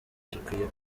dukwiye